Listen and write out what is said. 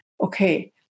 okay